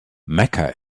mecca